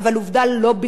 לא בלתי אפשרי,